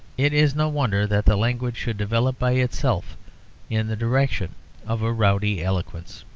it is no wonder that the language should develop by itself in the direction of a rowdy eloquence.